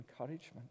encouragement